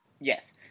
Yes